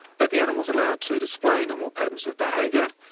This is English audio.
that the animal is allowed to display normal patterns of behaviour.